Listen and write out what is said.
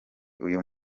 uyu